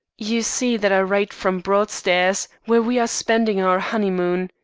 you see that i write from broadstairs, where we are spending our honeymoon.